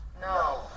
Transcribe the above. No